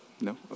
No